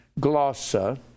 glossa